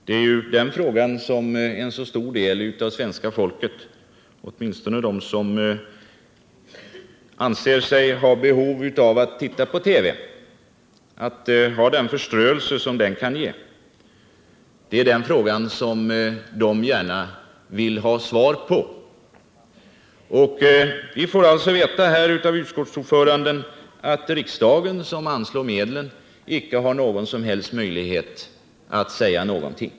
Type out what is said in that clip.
Det är den frågan som en så stor del av svenska folket — åtminstone den del som har behov av den förströelse TV-tittandet ger — gärna vill ha svar på. Vi får då veta av utskottets ordförande att riksdagen, som anslår medel, icke har någon som helst möjlighet att säga någonting.